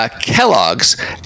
Kellogg's